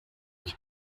que